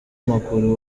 maguru